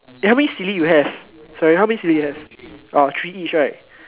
eh how many silly you have sorry how many silly you have ah three each right